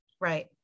Right